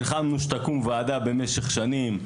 נלחמנו שתקום ועדה במשך שנים.